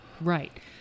Right